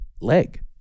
leg